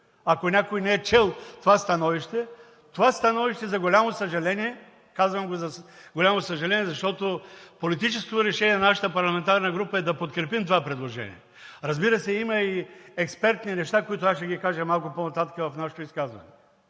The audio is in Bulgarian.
Ако някой не е чел това становище, за голямо съжаление… Казвам – за голямо съжаление, защото политическото решение на нашата парламентарна група е да подкрепим това предложение. Разбира се, има и експертни неща, които ще ги кажа малко по-нататък в изказването